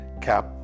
cap